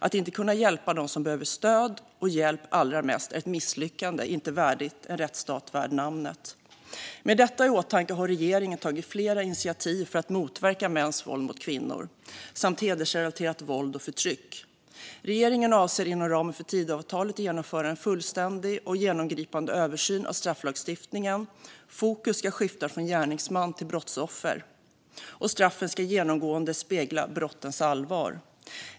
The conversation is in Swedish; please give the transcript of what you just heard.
Att inte kunna hjälpa dem som behöver stöd och hjälp allra mest är ett misslyckande inte värdigt en rättsstat värd namnet. Med detta i åtanke har regeringen tagit flera initiativ för att motverka mäns våld mot kvinnor samt hedersrelaterat våld och förtryck. Regeringen avser att inom ramen för Tidöavtalet genomföra en fullständig och genomgripande översyn av strafflagstiftningen. Fokus ska skifta från gärningsman till brottsoffer, och straffen ska genomgående spegla brottens allvar.